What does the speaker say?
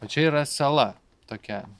o čia yra sala tokia